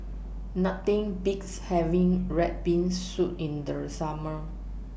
Nothing Beats having Red Bean Soup in The Summer